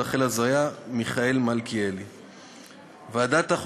רחל עזריה ומיכאל מלכיאלי בנושא: ירידת ירושלים